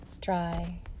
dry